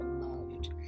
loved